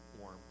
warm